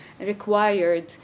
required